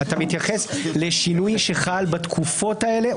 אתה מתייחס לשינוי שחל בתקופות האלה?